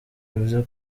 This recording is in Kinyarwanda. bivuze